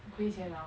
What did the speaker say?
亏钱 liao